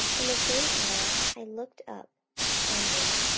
and the same hour i looked up upon him.